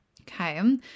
Okay